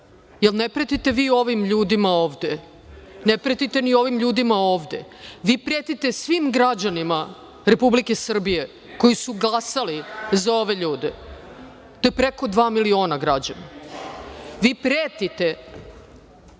vi ne pretite ovim ljudima ovde, ne pretite ni ovim ljudima ovde, vi pretite svim građanima Republike Srbije koji su glasali za ove ljude. To je preko dva miliona građana. Vi pretite